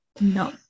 no